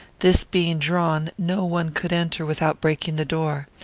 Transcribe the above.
this being drawn, no one could enter without breaking the door.